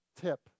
tip